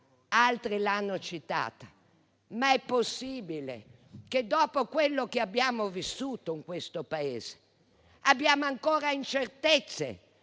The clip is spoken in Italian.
altri hanno citato, ma è possibile che dopo quello che abbiamo vissuto in questo Paese si abbiano ancora incertezze